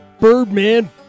Birdman